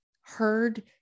heard